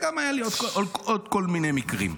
היו לי עוד כל מיני מקרים.